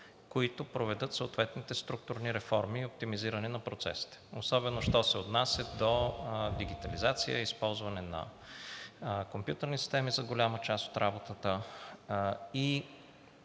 които проведат съответните структурни реформи и оптимизиране на процесите, особено що се отнася до дигитализация, използване на компютърни системи за голяма част от работата и